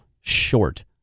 short